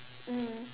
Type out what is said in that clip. mmhmm